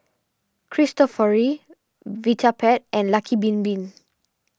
Cristofori Vitapet and Lucky Bin Bin